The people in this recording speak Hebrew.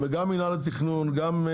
סליחה שאני אומר את זה ככה,